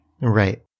Right